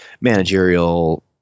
managerial